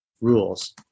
rules